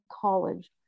college